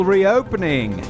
Reopening